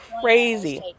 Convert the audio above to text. crazy